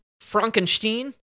Frankenstein